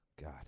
God